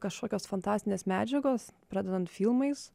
kažkokios fantastinės medžiagos pradedant filmais